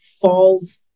falls